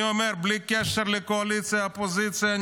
אני אומר בלי קשר לקואליציה אופוזיציה,